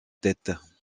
tête